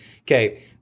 Okay